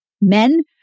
men